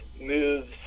moves